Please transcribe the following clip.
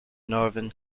northern